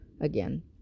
again